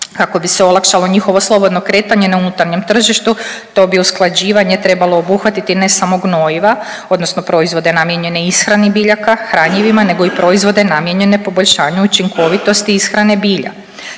Kako bi se olakšalo njihovo slobodno kretanje na unutarnjem tržištu to bi usklađivanje trebalo obuhvatiti ne samo gnojiva, odnosno proizvode namijenjene ishrani biljaka, hranjivima nego i proizvode namijenjene poboljšanju učinkovitosti ishrane bilja.